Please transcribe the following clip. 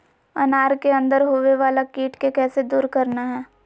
अनार के अंदर होवे वाला कीट के कैसे दूर करना है?